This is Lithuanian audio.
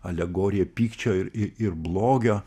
alegoriją pykčio ir ir ir blogio